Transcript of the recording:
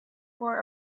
wore